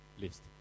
list